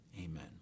Amen